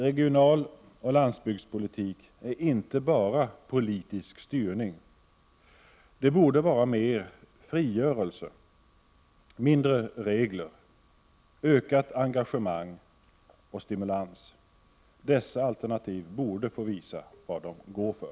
Regionaloch landsbygdspolitik är inte bara politisk styrning. Det borde vara mera frigörelse, mindre regler, ökat engagemang och ökad stimulans. Dessa alternativ borde få visa vad de går för.